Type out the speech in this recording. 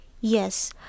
Yes